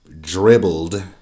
dribbled